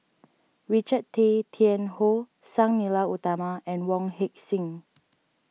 Richard Tay Tian Hoe Sang Nila Utama and Wong Heck Sing